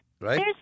Right